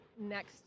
next